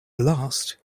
last